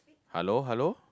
hello hello